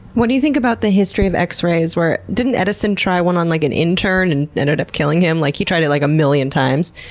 what do you think about the history of x-rays where, didn't edison try one on like an intern and ended up killing him? like he tried it like a million times.